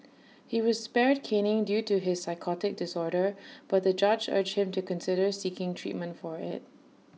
he was spared caning due to his psychotic disorder but the judge urged him to consider seeking treatment for IT